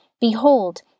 Behold